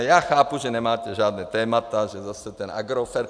Já chápu, že nemáte žádná témata, že zase ten Agrofert.